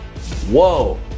Whoa